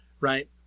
right